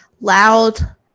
loud